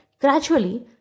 Gradually